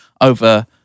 over